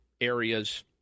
areas